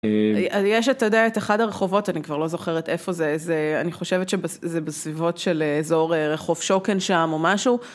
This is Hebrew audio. יש את אתה יודע את אחד הרחובות אני כבר לא זוכרת איפה זה, אני חושבת שזה בסביבות של אזור רחוב שוקן שם או משהו